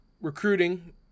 recruiting